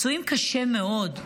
פצועים קשה מאוד,